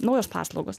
naujos paslaugos